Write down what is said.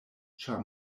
ĉar